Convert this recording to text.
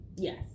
Yes